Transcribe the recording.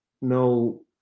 no